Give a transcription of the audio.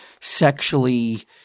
sexually